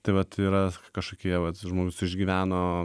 tai vat yra kažkokie vat žmogus išgyveno